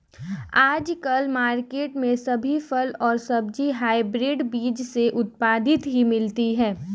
आजकल मार्केट में सभी फल और सब्जी हायब्रिड बीज से उत्पादित ही मिलती है